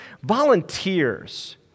Volunteers